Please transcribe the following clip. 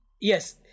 Yes